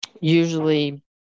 usually